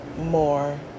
more